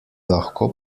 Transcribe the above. lahko